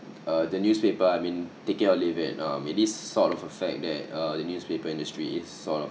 uh the newspaper I mean take it or leave it uh mean this is sort of a fact that uh the newspaper industry it's sort of